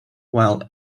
while